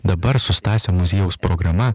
dabar su stasio muziejaus programa